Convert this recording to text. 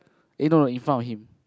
eh no no in front of him